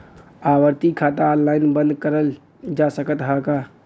आवर्ती खाता ऑनलाइन बन्द करल जा सकत ह का?